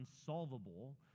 unsolvable